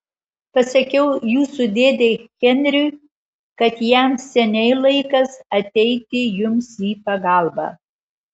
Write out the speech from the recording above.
pasakiau jūsų dėdei henriui kad jam seniai laikas ateiti jums į pagalbą